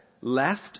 left